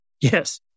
Yes